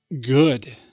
good